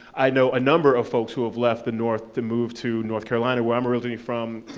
i know a number of folks who have left the north to move to north carolina, where i'm originally from,